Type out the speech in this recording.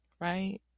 right